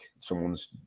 someone's